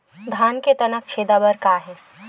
धान के तनक छेदा बर का हे?